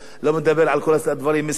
לא מדבר על כל הדברים מסביב,